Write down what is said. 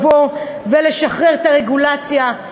לשחרר את הרגולציה,